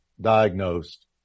diagnosed